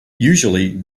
usually